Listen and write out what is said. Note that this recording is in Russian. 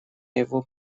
его